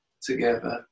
together